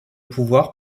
pouvoir